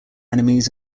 enemies